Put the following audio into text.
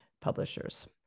publishers